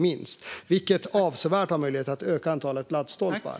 Det gör det möjligt att avsevärt öka antalet laddstolpar.